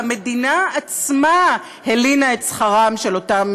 והמדינה עצמה הלינה את שכרם של אותם